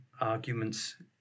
arguments